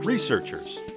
Researchers